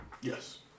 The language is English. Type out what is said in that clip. Yes